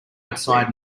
outside